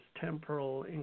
temporal